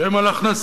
שהם על הכנסות.